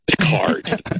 card